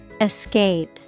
Escape